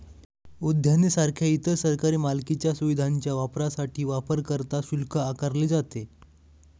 उद्याने सारख्या इतर सरकारी मालकीच्या सुविधांच्या वापरासाठी वापरकर्ता शुल्क आकारले जाते